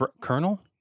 Colonel